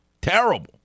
Terrible